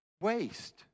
waste